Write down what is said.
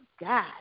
God